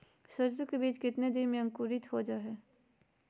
सरसो के बीज कितने दिन में अंकुरीत हो जा हाय?